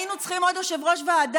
היינו צריכים עוד יושב-ראש ועדה?